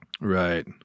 right